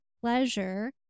pleasure